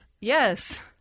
Yes